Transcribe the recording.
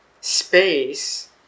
space